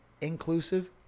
inclusive